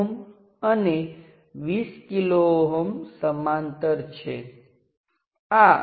હવે બીજા કિસ્સામાં માત્ર I1 સક્રિય છે અને સર્કિટમાં સ્વતંત્ર સ્ત્રોત શૂન્ય છે